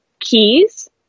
keys